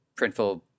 Printful